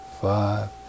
five